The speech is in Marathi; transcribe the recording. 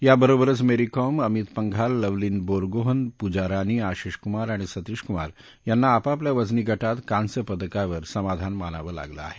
या बरोबरच मेरी कोम अमीत पद्धील लवलीना बोरगोहन पुजा रानी आशिष कुमार आणि सतीश कुमार याप्ती आपापल्या वजनी गटात कास्वि पदकावर समाधान मानावव्विगलञिहे